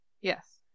Yes